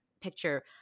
Picture